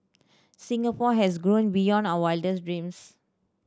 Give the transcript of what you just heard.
Singapore has grown beyond our wildest dreams